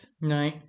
no